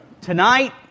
Tonight